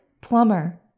plumber